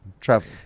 Travel